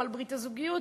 גם על ברית הזוגיות,